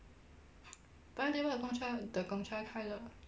paya lebar the gongcha the gongcha 开了